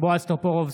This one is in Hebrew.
בועז טופורובסקי,